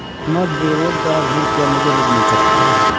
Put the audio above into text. मैं बेरोजगार हूँ क्या मुझे ऋण मिल सकता है?